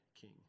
king